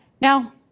Now